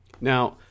Now